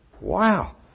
Wow